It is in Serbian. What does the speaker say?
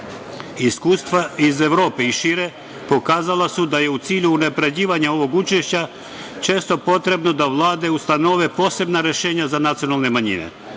društva. Iskustva iz Evrope i šire pokazala su da je u cilju unapređivanja ovog učešća često potrebno da vlade ustanove posebna rešenja za nacionalne manjine.